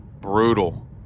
Brutal